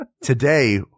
Today